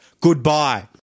Goodbye